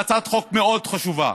זאת הצעת חוק מאוד חשובה.